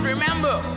Remember